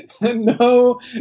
no